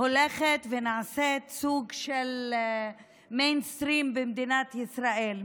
הולכת ונעשית סוג של מיינסטרים במדינת ישראל.